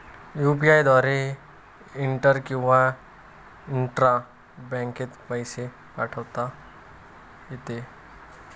UPI द्वारे inter किंवा intra बँकेत पैसे पाठवता येते